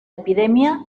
epidemia